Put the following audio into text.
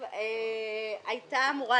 ולפיו,